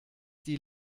die